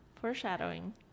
Foreshadowing